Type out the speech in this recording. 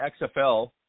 XFL